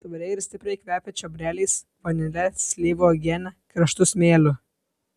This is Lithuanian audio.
tvariai ir stipriai kvepia čiobreliais vanile slyvų uogiene karštu smėliu